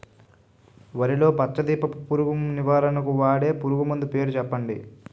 వరిలో పచ్చ దీపపు పురుగు నివారణకు వాడే పురుగుమందు పేరు చెప్పండి?